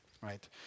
right